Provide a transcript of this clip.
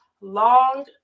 long